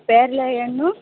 ಪೇರಲೆ ಹಣ್ಣು